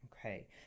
Okay